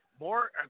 more